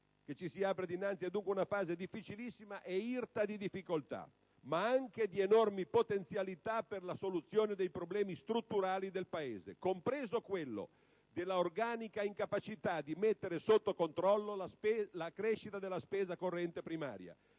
che ci si apre dinanzi è dunque una fase difficilissima e irta di difficoltà, ma anche di enormi potenzialità per la soluzione dei problemi strutturali del Paese, compreso quello della organica incapacità di mettere sotto controllo la crescita della spesa corrente primaria